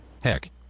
Heck